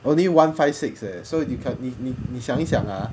only one five six eh so you can't 你想一想 ah